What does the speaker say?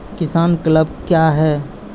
किसान क्लब क्या हैं?